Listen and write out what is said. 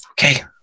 Okay